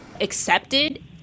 accepted